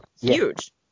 huge